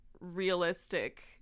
realistic